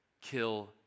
kill